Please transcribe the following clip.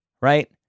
right